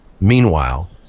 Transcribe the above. Meanwhile